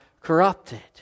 corrupted